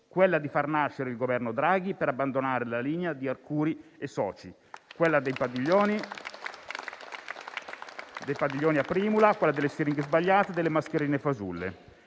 quella di far nascere il Governo Draghi per abbandonare la linea di Arcuri e soci. Quella dei padiglioni a primula, quella delle siringhe sbagliate e delle mascherine fasulle.